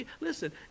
Listen